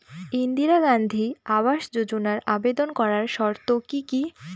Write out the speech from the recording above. ইন্দিরা গান্ধী আবাস যোজনায় আবেদন করার শর্ত কি কি?